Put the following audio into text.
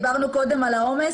דיברנו קודם על העומס,